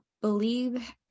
believe